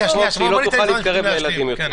הגשתי הצעת חוק שהיא לא תוכל להתקרב לילדים יותר.